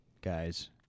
Guys